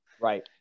Right